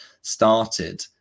started